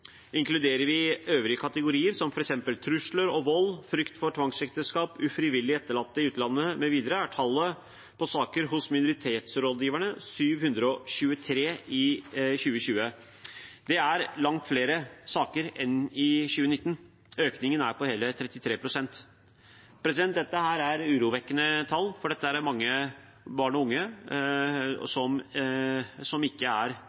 Inkluderer vi øvrige kategorier som f.eks. trusler og vold, frykt for tvangsekteskap, ufrivillig etterlatte i utlandet mv. er tallet på saker hos minoritetsrådgiverne 723 i 2020. Det er langt flere enn i 2019. Økningen er på hele 33 pst. Dette er urovekkende tall, for det er mange barn og unge som ikke er